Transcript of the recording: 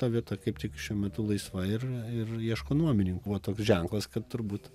ta vieta kaip tik šiuo metu laisva ir ir ieško nuomininkų va toks ženklas kad turbūt